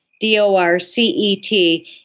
D-O-R-C-E-T